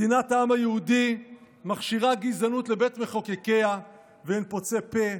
מדינת העם היהודי מכשירה גזענות לבית מחוקקיה ואין פוצה פה.